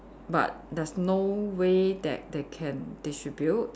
but there's no way that they can distribute